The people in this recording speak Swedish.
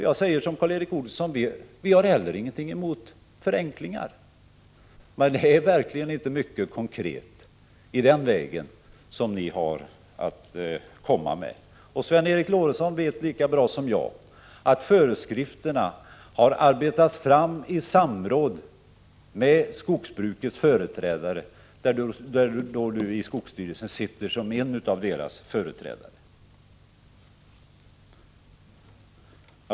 Jag säger som Karl Erik Olsson: Vi har heller ingenting emot förenklingar. Men det är verkligen inte mycket konkret i den vägen som ni har att komma med. Sven Eric Lorentzon vet lika bra som jag att föreskrifterna har arbetats fram i samråd med skogsbrukets företrädare, och Sven Eric Lorentzon sitter i skogsstyrelsen som en av dessa företrädare.